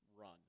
run